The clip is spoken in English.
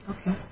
Okay